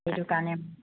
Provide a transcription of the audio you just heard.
সেইটো কাৰণে